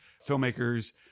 filmmakers